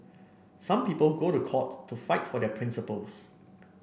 some people go to court to fight for their principles